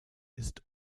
ist